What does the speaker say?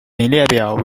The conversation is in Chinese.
列表